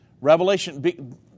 Revelation